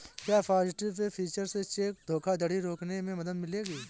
क्या positive pay feature से cheque धोखाधड़ी रोकने में मदद मिलेगी?